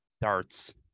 darts